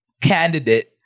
candidate